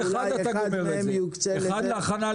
ואולי אחד מהם יוקצה לזה,